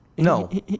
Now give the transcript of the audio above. No